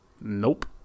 Nope